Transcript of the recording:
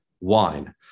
wine